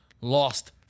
Lost